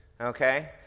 Okay